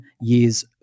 years